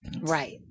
Right